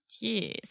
Yes